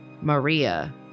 Maria